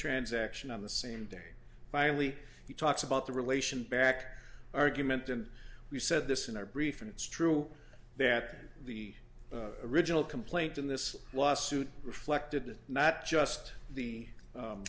transaction on the same day finally he talks about the relation back argument and we said this in our brief and it's true that the original complaint in this lawsuit reflected not just the